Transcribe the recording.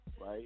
Right